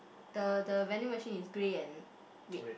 the the vending machine is grey and red